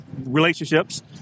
relationships